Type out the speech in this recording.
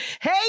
Hey